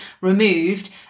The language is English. removed